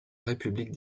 république